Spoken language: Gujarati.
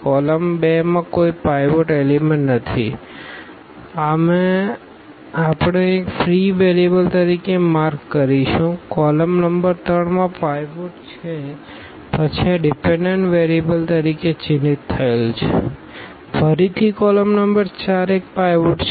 કોલમ 2 માં કોઈ પાઈવોટ એલીમેન્ટ નથી અમે ફ્રી વેરીએબલ તરીકે માર્ક કરીશું કોલમ નંબર 3 માં પાઈવોટછે પછી આ ડીપેનડન્ટ વેરીએબલતરીકે ચિહ્નિત થયેલ છે ફરીથી કોલમ નંબર 4 એક પાઈવોટ છે